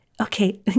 Okay